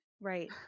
right